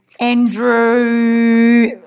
Andrew